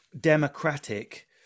democratic